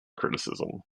criticism